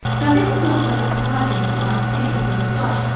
now this is not so surprising as it might seem at first blush.